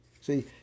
See